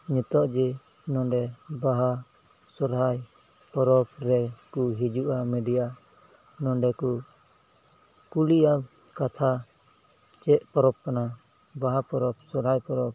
ᱱᱤᱛᱚᱜ ᱡᱮ ᱱᱚᱸᱰᱮ ᱵᱟᱦᱟ ᱥᱚᱦᱚᱨᱟᱭ ᱯᱚᱨᱚᱵᱽ ᱨᱮᱠᱚ ᱦᱤᱡᱩᱜᱼᱟ ᱢᱤᱰᱤᱭᱟ ᱱᱚᱸᱰᱮ ᱠᱚ ᱠᱩᱞᱤᱭᱟ ᱠᱟᱛᱷᱟ ᱪᱮᱫ ᱯᱚᱨᱚᱵᱽ ᱠᱟᱱᱟ ᱵᱟᱦᱟ ᱯᱚᱨᱚᱵᱽ ᱥᱚᱦᱚᱨᱟᱭ ᱯᱚᱨᱚᱵᱽ